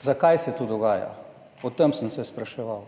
zakaj se to dogaja. O tem sem se spraševal.